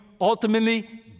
Ultimately